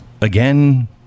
again